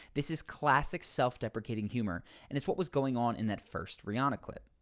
this is classic self-deprecating humor and is what was going on in that first rihanna clip.